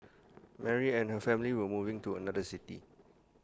Mary and her family were moving to another city